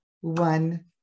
One